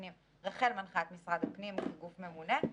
רח"ל מנחה את משרד הפנים כגוף ממונה,